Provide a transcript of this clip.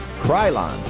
Krylon